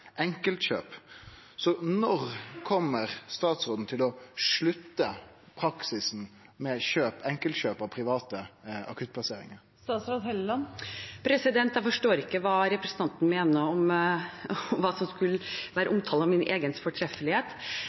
enkeltkjøp av private barnevernstenester som er litt av kjerneproblemet her. Så når kjem statsråden til å slutte praksisen med enkeltkjøp av private akuttplasseringar? Jeg forstår ikke hva representanten mener skulle være omtale av min egen fortreffelighet.